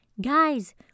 Guys